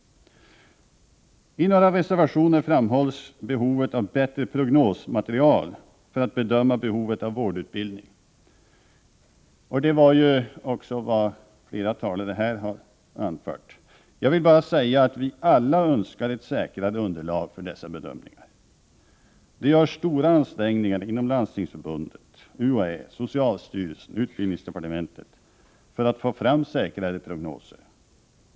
I några reservationer framhålls behovet av bättre prognosmaterial för att bedöma behovet av vårdutbildning. Det är ju också vad flera talare här har anfört. Jag vill bara säga att vi alla önskar ett säkrare underlag för dessa bedömningar. Det görs stora ansträngningar inom Landstingsförbundet, UHÄ, socialstyrelsen, utbildningsdepartementet för att få fram säkrare prognoser.